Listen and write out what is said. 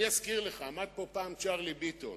אני אזכיר לך שעמד פה פעם צ'רלי ביטון